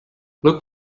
look